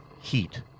heat